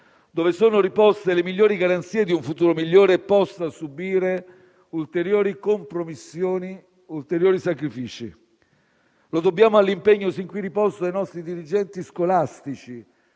dove sono riposte le migliori garanzie di un futuro migliore, possa subire ulteriori compromissioni, ulteriori sacrifici. Lo dobbiamo all'impegno sin qui riposto dai nostri dirigenti scolastici,